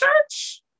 church